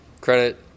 credit